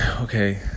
Okay